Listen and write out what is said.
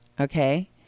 okay